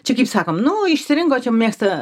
čia kaip sakom nu išsirinko čia mėgsta